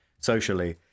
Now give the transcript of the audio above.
socially